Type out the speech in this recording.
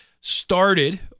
started